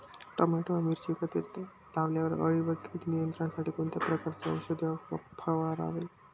Tomato व मिरची एकत्रित लावल्यावर अळी व कीड नियंत्रणासाठी कोणत्या प्रकारचे औषध फवारावे?